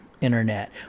internet